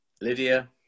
Lydia